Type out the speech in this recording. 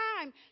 time